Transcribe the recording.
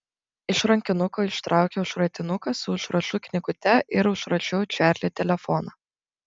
iš rankinuko ištraukiau šratinuką su užrašų knygute ir užrašiau čarli telefoną